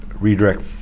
redirect